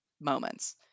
moments